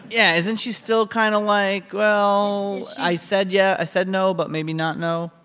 yeah. isn't she's still kind of, like, well, i said yeah i said no, but maybe not no?